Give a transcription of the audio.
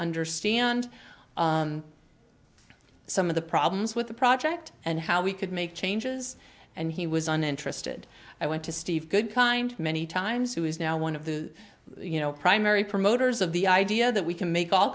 understand some of the problems with the project and how we could make changes and he was uninterested i went to steve good kind many times who is now one of the you know primary promoters of the idea that we can make all